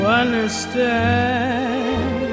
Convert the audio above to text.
understand